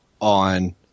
on